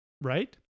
right